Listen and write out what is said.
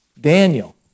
Daniel